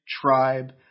tribe